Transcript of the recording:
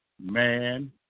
man